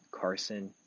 Carson